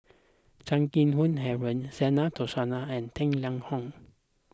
Chan Keng Howe Harry Zena Tessensohn and Tang Liang Hong